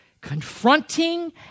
confronting